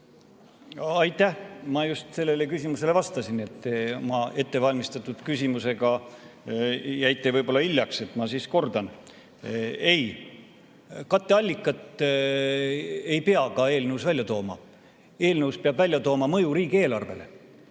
Aitäh! Ma just sellele küsimusele vastasin. Te oma ettevalmistatud küsimusega jäite võib-olla hiljaks. Ma siis kordan: ei, katteallikat ei pea eelnõus välja tooma. Eelnõus peab välja tooma mõju riigieelarvele.